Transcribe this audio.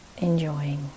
Enjoying